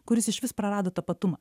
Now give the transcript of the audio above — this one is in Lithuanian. kuris išvis prarado tapatumą